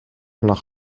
nach